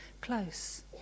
close